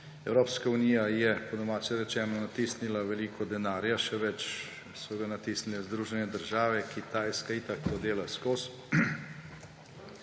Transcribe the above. Evropska unija je, po domače rečeno, natisnila veliko denarja, še več so ga natisnile Združene države, Kitajska itak to vedno